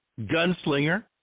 Gunslinger